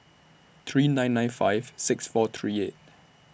three nine nine five six four three eight